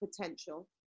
potential